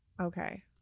Okay